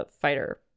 fighter